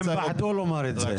הם פחדו לומר את זה.